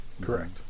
Correct